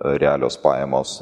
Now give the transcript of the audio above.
realios pajamos